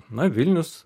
na vilnius